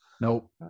Nope